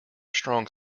strong